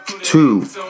two